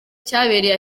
cyabereye